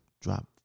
drop